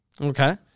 Okay